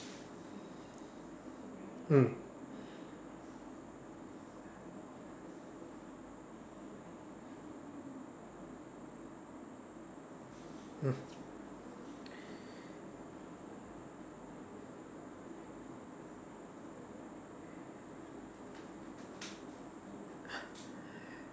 mm mm